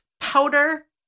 powder